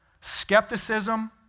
skepticism